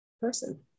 person